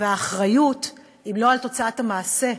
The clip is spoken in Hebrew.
והאחריות, אם לא לתוצאת המעשה,